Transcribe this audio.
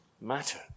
matter